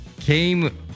came